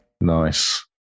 nice